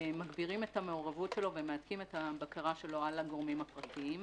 מגדירים את המעורבות שלו ומהדקים את הבקרה שלו על הגורמים הפרטיים,